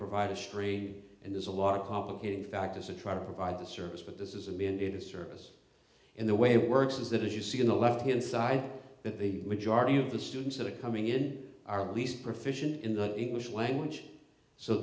provide history and there's a lot of complicating factors are trying to provide the service but this is a mandate of service in the way it works is that if you see on the left hand side that the majority of the students that are coming in are at least proficiency in the english language so